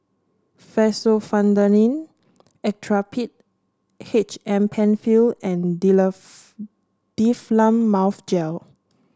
Fexofenadine Actrapid H M Penfill and Difflam Mouth Gel